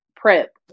Prep